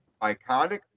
iconic